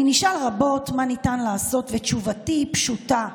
אני נשאל רבות מה ניתן לעשות, ותשובתי היא פשוטה: